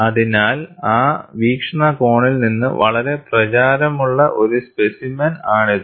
അതിനാൽ ആ വീക്ഷണകോണിൽ നിന്ന് വളരെ പ്രചാരമുള്ള ഒരു സ്പെസിമെൻ ആണിത്